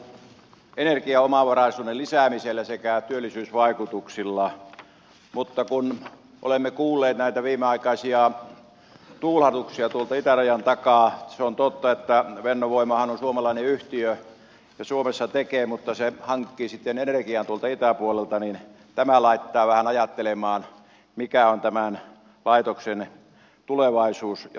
tätähän on markkinoitu energiaomavaraisuuden lisäämisellä sekä työllisyysvaikutuksilla mutta kun olemme kuulleet näitä viimeaikaisia tuulahduksia tuolta itärajan takaa se on totta että fennovoimahan on suomalainen yhtiö ja suomessa tämän tekee mutta se hankkii sitten energian tuolta itäpuolelta niin tämä laittaa vähän ajattelemaan mikä on tämän laitoksen tulevaisuus ja tahtotila